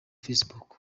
facebook